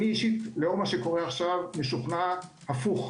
אני אישית לאור מה שקורה עכשיו משוכנע הפך.